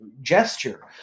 gesture